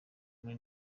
muri